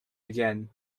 again